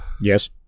yes